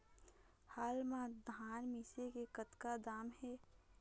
हाल मा धान मिसे के कतका दाम हे?